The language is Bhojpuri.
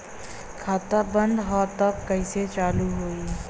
खाता बंद ह तब कईसे चालू होई?